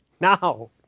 Now